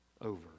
over